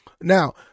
Now